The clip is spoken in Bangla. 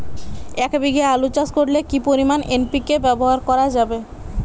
এক বিঘে আলু চাষ করলে কি পরিমাণ এন.পি.কে ব্যবহার করা যাবে?